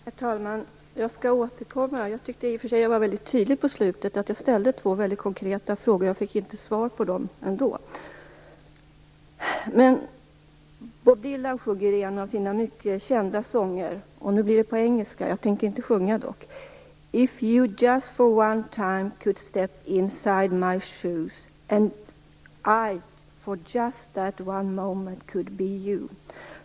Herr talman! Jag skall återkomma med det. Jag tyckte i och för sig att jag var väldigt tydligt mot slutet. Jag ställde två mycket konkreta frågor, och jag fick ändå inte svar på dem. Bob Dylan sjunger i en av sina mycket kända sånger, nu blir det på engelska, men jag tänker dock inte sjunga: "I wish that for just one time could stand inside my shoes And I for just that one moment could be you".